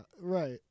right